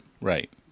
Right